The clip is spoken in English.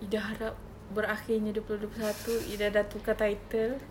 ida harap berakhirnya dua puluh dua puluh satu ida sudah tukar title